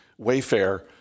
Wayfair